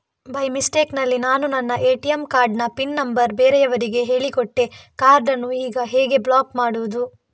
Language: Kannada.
ಬೈ ಮಿಸ್ಟೇಕ್ ನಲ್ಲಿ ನಾನು ನನ್ನ ಎ.ಟಿ.ಎಂ ಕಾರ್ಡ್ ನ ಪಿನ್ ನಂಬರ್ ಬೇರೆಯವರಿಗೆ ಹೇಳಿಕೊಟ್ಟೆ ಕಾರ್ಡನ್ನು ಈಗ ಹೇಗೆ ಬ್ಲಾಕ್ ಮಾಡುವುದು?